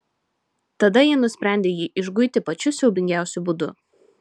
tada ji nusprendė jį išguiti pačiu siaubingiausiu būdu